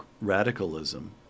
radicalism